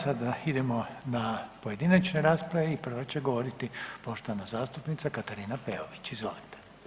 sada idemo na pojedinačne rasprave i prvo će govoriti poštovana zastupnica Katarina Peović, izvolite.